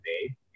day